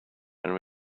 and